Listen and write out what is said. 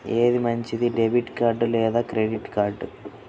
ఏది మంచిది, debit card లేదా క్రెడిట్ కార్డ్?